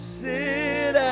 sit